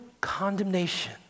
condemnation